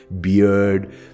beard